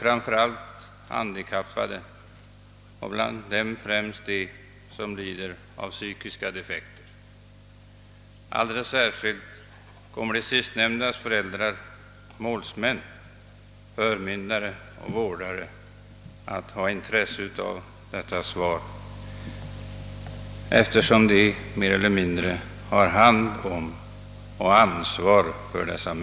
Framför allt har emellertid de handikappade, främst de som lider av psykiska defekter, och deras föräldrar, målsmän, förmyndare och vårdare intresse av detta svar.